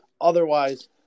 Otherwise